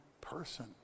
person